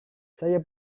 saya